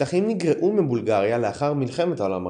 השטחים נגרעו מבולגריה לאחר מלחמת העולם הראשונה.